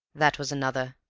that was another.